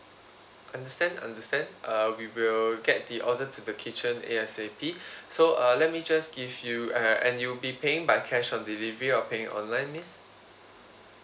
understand understand uh we will get the order to the kitchen A_S_A_P so uh let me just give you uh and you'll be paying by cash on delivery or paying online miss